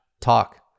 talk